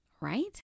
right